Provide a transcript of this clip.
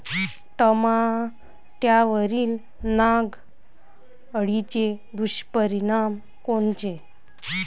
टमाट्यावरील नाग अळीचे दुष्परिणाम कोनचे?